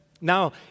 Now